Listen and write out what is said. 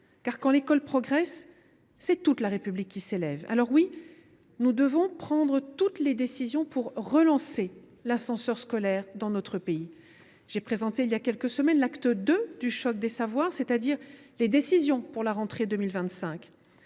Quand l’école progresse, c’est toute la République qui s’élève. Oui, nous devons prendre toutes les décisions pour relancer l’ascenseur scolaire dans notre pays. J’ai présenté, il y a quelques semaines, l’acte II du choc des savoirs, c’est à dire les mesures pour la rentrée 2025.